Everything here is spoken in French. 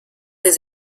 des